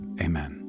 Amen